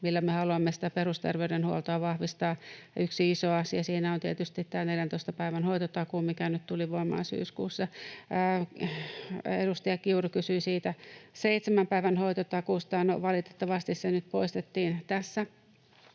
millä me haluamme sitä perusterveydenhuoltoa vahvistaa. Yksi iso asia siinä on tietysti tämä 14 päivän hoitotakuu, mikä nyt tuli voimaan syyskuussa. Edustaja Kiuru kysyi siitä seitsemän päivän hoitotakuusta. Valitettavasti se nyt poistettiin tässä